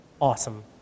awesome